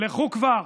לכו כבר.